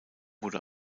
wurde